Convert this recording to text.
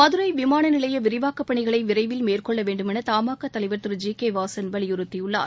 மதுரை விமானநிலைய விரிவாக்க பணிகளை விரைவில் மேற்கொள்ள வேண்டுமென த மா கா தலைவர் திரு ஜி கே வாசன் வலியுறுத்தியுள்ளார்